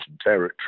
territory